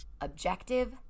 objective